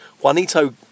Juanito